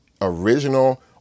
original